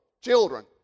children